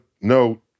no